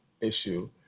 issue